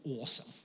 awesome